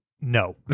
No